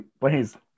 please